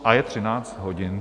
A je 13 hodin.